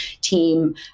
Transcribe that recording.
team